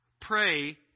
Pray